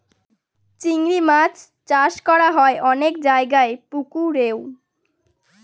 চিংড়ি মাছ চাষ করা হয় অনেক জায়গায় পুকুরেও